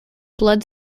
blood